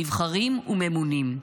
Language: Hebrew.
נבחרים וממונים,